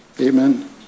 Amen